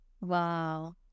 Wow